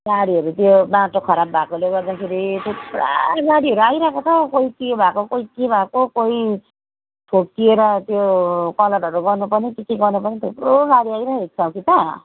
गाडीहरू त्यो बाटो खराब भएकोले गर्दाखेरि त्यो पुरा गाडीहरू आइरहेको छ कोही के भएको कोही के भएको कोही ठोकिएर त्यो कलरहरू गर्नुपर्ने के के गर्नुपर्ने थुप्रो गाडीहरू आइरहेको छ कि त